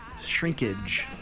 shrinkage